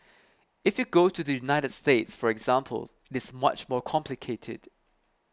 if you go to the United States for example it is much more complicated